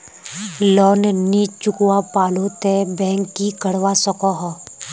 Loan नी चुकवा पालो ते बैंक की करवा सकोहो?